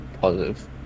positive